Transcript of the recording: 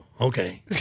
Okay